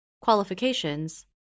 Qualifications